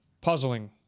puzzling